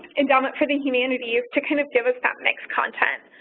endowment for the humanities to kind of give us that mixed content.